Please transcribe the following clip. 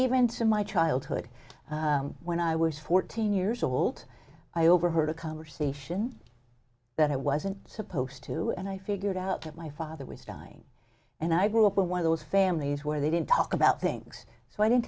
even to my childhood when i was fourteen years old i overheard a conversation that i wasn't supposed to and i figured out that my father was dying and i grew up in one of those families where they didn't talk about things so i didn't